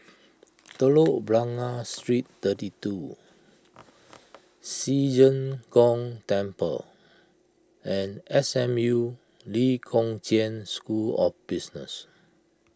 Telok Blangah Street thirty two Ci Zheng Gong Temple and S M U Lee Kong Chian School of Business